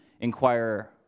inquire